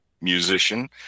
musician